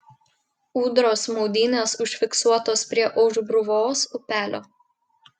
ūdros maudynės užfiksuotos prie aušbruvos upelio